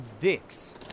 dicks